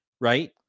Right